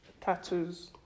tattoos